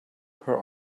her